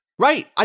Right